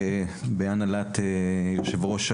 בהנהלת יושב הראש,